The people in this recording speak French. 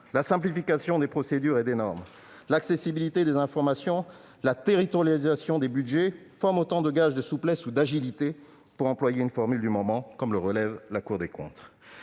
La simplification des procédures et des normes, l'accessibilité des informations ainsi que la territorialisation des budgets forment autant de gages de souplesse ou d'agilité, pour employer une formule du moment, comme le relève la Cour des comptes.